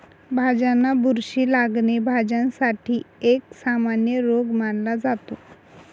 भाज्यांना बुरशी लागणे, भाज्यांसाठी एक सामान्य रोग मानला जातो